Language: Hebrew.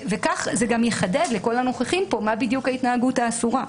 כך זה גם יחדד לכל הנוכחים פה מה בדיוק ההתנהגות האסורה.